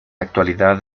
actualidad